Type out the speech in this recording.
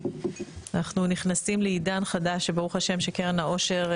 אנחנו נכנסים לעידן חדש שברוך ה' שקרן האושר,